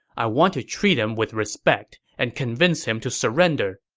i want to treat him with respect and convince him to surrender.